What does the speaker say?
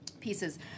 pieces